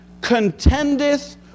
contendeth